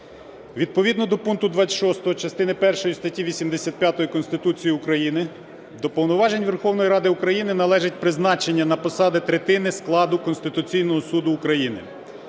Відповідно до пункту 26 частини першої статті 85 Конституції України до повноважень Верховної Ради України належить призначення на посади третини складу Конституційного Суду України.